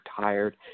tired